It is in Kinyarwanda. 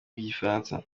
rw’igifaransa